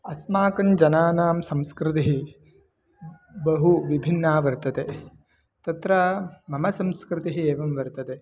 अस्माकञ्जनानां संस्कृतिः बहु विभिन्ना वर्तते तत्र मम संस्कृतिः एवं वर्तते